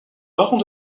barons